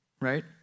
right